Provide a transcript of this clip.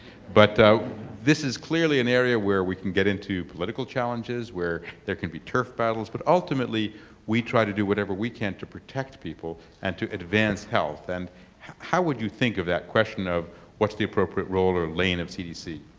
but this is clearly an area where we can get into political challenges where there can be turf battles. but ultimately we try to do whatever we can to protect people and to advance health. and how would you think of that question of what's the appropriate role or lane of cdc?